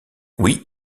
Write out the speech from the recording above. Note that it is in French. oui